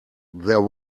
there